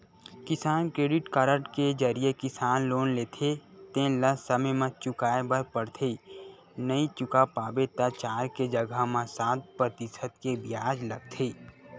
किसान credit card के जरिए किसान लोन लेथे तेन ल समे म चुकाए बर परथे नइ चुका पाबे त चार के जघा म सात परतिसत के बियाज लगथे